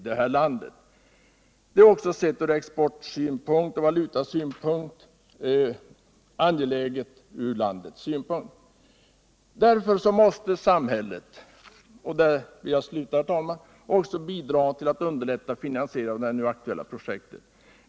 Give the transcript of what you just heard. Det är också sett från exportoch valutasynpunkt angeläget för vårt land. Därför måste samhället också bidra till att underlätta finansieringen av det nu aktuella projektet.